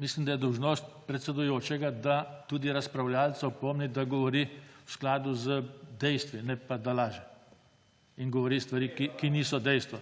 Mislim, da je dolžnost predsedujočega, da tudi razpravljavca opomni, da govori v skladu z dejstvi, ne pa da laže in govori stvari, ki niso dejstva.